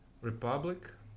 republic